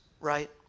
right